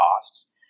costs